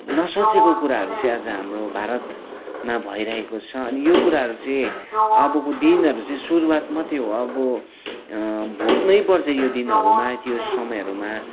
नसोचेको कुराहरू चाहिँ आज हाम्रो भारतमा भइरहेको छ अनि यो कुराहरू चाहिँ अबको दिनहरू चाहिँ सुरुवात मात्रै हो अब भोग्नै पर्छ यो दिनहरूमा त्यो समयहरूमा